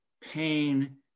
pain